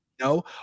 No